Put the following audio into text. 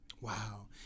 Wow